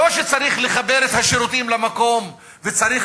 לא שצריך לחבר את השירותים למקום וצריך